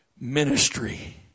Ministry